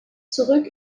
zurück